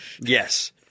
Yes